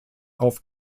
auf